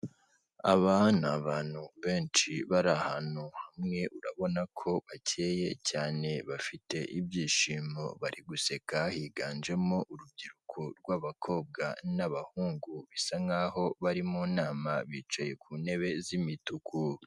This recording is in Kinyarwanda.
Abana abantu benshi bari ahantu hamwe, urabona ko bakeye cyane, bafite ibyishimo, bari guseka, higanjemo urubyiruko rw'abakobwa n'abahungu, bisa nkaho bari mu nama, bicaye ku ntebe z'imituku.